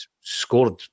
scored